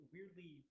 Weirdly